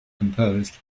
composed